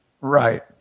Right